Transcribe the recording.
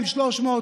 200,000,